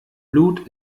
blut